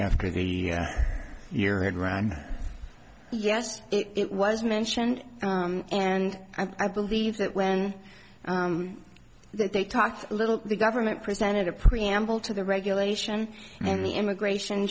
after the year had run yes it was mentioned and i believe that when they talked a little the government presented a preamble to the regulation and the immigration